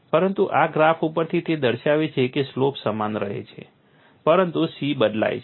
પરંતુ આ ગ્રાફ ઉપરથી તે દર્શાવે છે કે સ્લોપ સમાન રહે છે પરંતુ C બદલાય છે